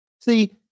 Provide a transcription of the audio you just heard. See